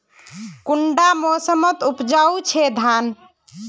कुंडा मोसमोत उपजाम छै धान?